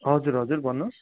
हजुर हजुर भन्नुहोस्